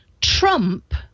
trump